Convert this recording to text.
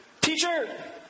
teacher